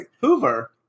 Hoover